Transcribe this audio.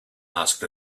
asked